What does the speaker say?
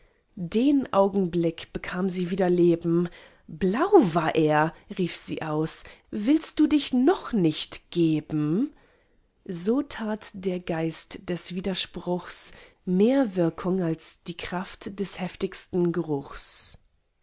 den augenblick bekam sie wieder leben blau war er rief sie aus willst du dich noch nicht geben so tat der geist des widerspruchs mehr würkung als die kraft des heftigsten geruchs